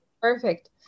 perfect